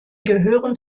gehören